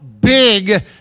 big